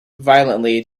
violently